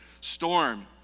storm